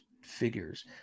figures